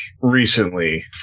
recently